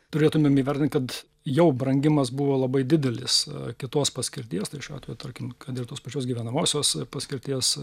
turėtumėm įvertint kad jau brangimas buvo labai didelis kitos paskirties tai šiuo atveju tarkim kad ir tos pačios gyvenamosios paskirties